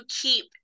keep